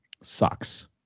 sucks